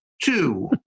two